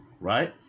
right